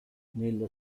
nella